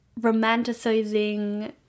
romanticizing